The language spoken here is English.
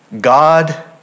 God